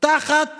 תחת